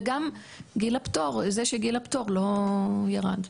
וגם זה שגיל הפטור לא ירד.